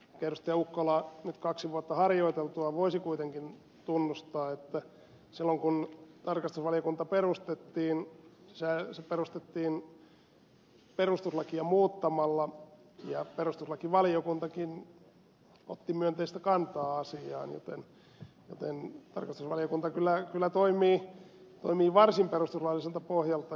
ukkola nyt kaksi vuotta harjoiteltuaan voisi kuitenkin tunnustaa että silloin kun tarkastusvaliokunta perustettiin se perustettiin perustuslakia muuttamalla ja perustuslakivaliokuntakin otti myönteistä kantaa asiaan joten tarkastusvaliokunta kyllä toimii varsin perustuslailliselta pohjalta